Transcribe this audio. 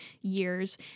years